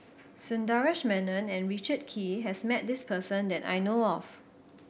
Sundaresh Menon and Richard Kee has met this person that I know of